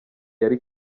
yari